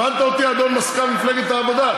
הבנת אותי, אדון מזכ"ל מפלגת העבודה?